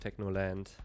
Technoland